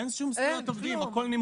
אין שום זכויות עובדים, הכול נמחק.